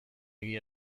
egia